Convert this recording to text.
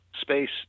space